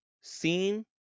Seen